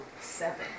Seven